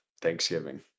Thanksgiving